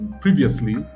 previously